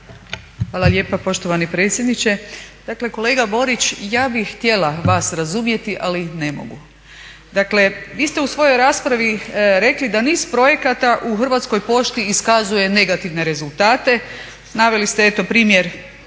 Hvala lijepa poštovani predsjedniče. Dakle kolega Borić, ja bih htjela vas razumjeti ali ne mogu. Dakle vi ste u svojoj raspravi rekli da niz projekata u Hrvatskoj pošti iskazuje negativne rezultate. Naveli ste primjer EVO TV-a,